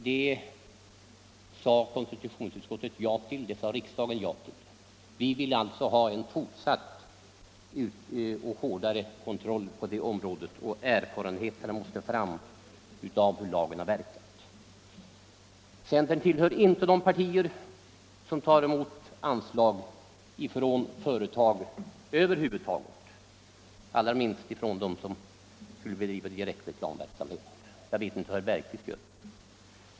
Det sade konstitutionsutskottet och riksdagen ja till. Vi vill alltså ha en fortsatt och hårdare kontroll på det området. Erfarenheterna av hur lagen har verkat måste fram. Centern tillhör inte de partier som tar emot anslag från företag över huvud taget, allra minst från dem som bedriver direktreklamverksamhet. Jag vet inte hur herr Bergqvists parti gör.